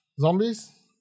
Zombies